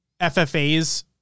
FFAs